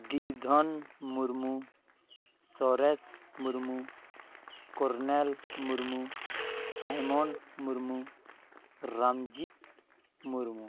Debidhan Murmu Suresh Murmu Cornel Murmu Simon Murmu Ramjit Murmu